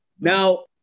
Now –